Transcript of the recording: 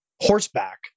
horseback